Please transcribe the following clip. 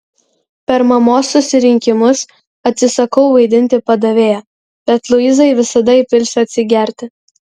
per mamos susirinkimus atsisakau vaidinti padavėją bet luizai visada įpilsiu atsigerti